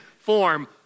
form